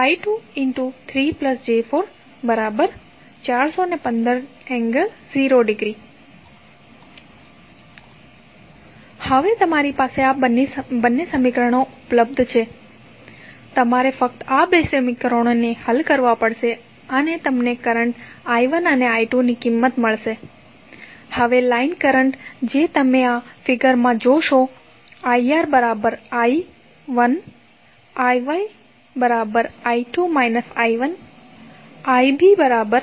−3 j4 I1 6 j8 I2 − 415∠0◦ 0 હવે તમારી પાસે આ બંને સમીકરણો ઉપલબ્ધ છે તમારે ફક્ત આ બે સમીકરણો હલ કરવા પડશે અને તમને કરંટ I1 અને I2 ની કિંમતો મળશે હવે લાઈન કરંટ જે તમે આ ફિગર માં જોશો IR I1 IY I2 − I1 અને IB −I2